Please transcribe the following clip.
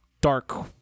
dark